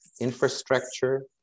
infrastructure